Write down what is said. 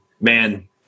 man